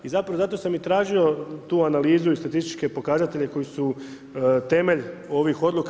I zapravo zato sam i tražio tu analizu i statističke pokazatelje koji su temelj ovih odluka.